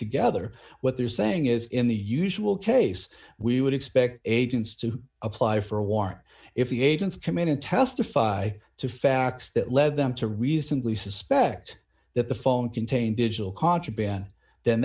together what they're saying is in the usual case we would expect agents to apply for a warrant if the agents come in and testify to facts that led them to reasonably suspect that the phone contained digital contraband then